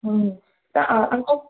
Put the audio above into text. हम्म त अ अंकल